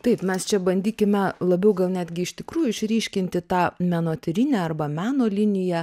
taip mes čia bandykime labiau gal netgi iš tikrųjų išryškinti tą menotyrinę arba meno liniją